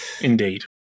indeed